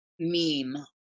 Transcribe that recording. Meme